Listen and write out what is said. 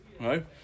right